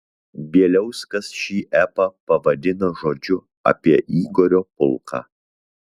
bieliauskas šį epą pavadina žodžiu apie igorio pulką